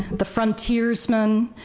the frontiersman,